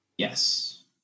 Yes